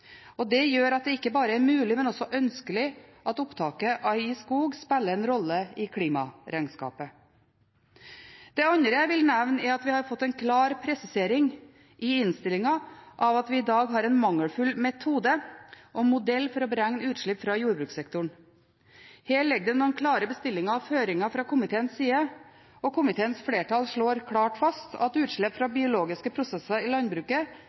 Det gjør at det ikke bare er mulig, men også ønskelig at opptaket i skog spiller en rolle i klimaregnskapet. Det andre jeg vil nevne, er at vi har fått en klar presisering i innstillingen av at vi i dag har en mangelfull metode og modell for å beregne utslipp fra jordbrukssektoren. Her ligger det noen klare bestillinger og føringer fra komiteens side. Komiteens flertall slår klart fast at «utslipp fra biologiske prosesser i